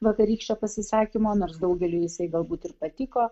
vakarykščio pasisakymo nors daugeliui jisai galbūt ir patiko